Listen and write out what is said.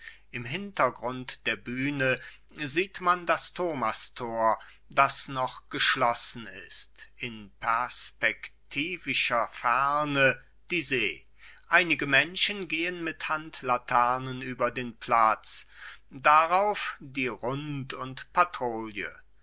im hintergrund der bühne sieht man das thomastor das noch geschlossen ist in perspektivischer ferne die see einige menschen gehen mit handlaternen über den platz darauf die rund und patrouille